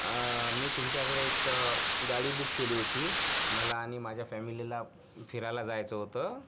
मी तुमच्याकडे एक गाडी बुक केली होती मला आणि माझ्या फॅमिलीला फिरायला जायचं होतं